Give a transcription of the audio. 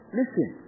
listen